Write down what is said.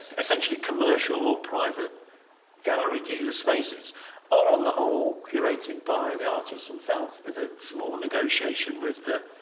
essentially, commercial or private gallery dealer spaces or on the whole, curated by the artists themselves with ah small negotiation with the